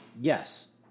yes